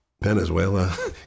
Venezuela